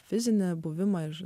fizinę buvimą ir